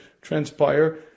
transpire